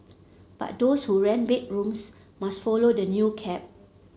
but those who rent bedrooms must follow the new cap